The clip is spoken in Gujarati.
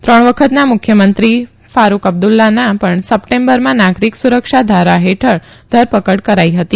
ત્રણ વખતના મુખ્યમંત્રી ફારૂખ અબ્દુલ્લાના પણ સપ્ટેમ્બરમાં નાગરીક સુરક્ષા ધારા હેઠળ ધરપકડ કરાઇ હતી